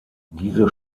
diese